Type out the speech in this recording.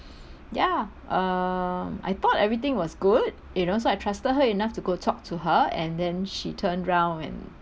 ya um I thought everything was good you know so I trusted her enough to go talk to her and then she turned round and